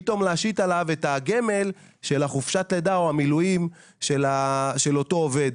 פתאום להשית עליו את הגמל של חופשת הלידה או המילואים של אותו עובד.